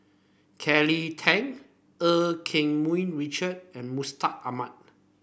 Kelly Tang Eu Keng Mun Richard and Mustaq Ahmad